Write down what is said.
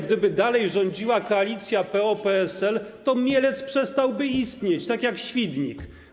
Gdyby dalej rządziła koalicja PO-PSL, to Mielec przestałby istnieć, tak jak Świdnik.